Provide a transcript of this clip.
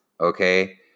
okay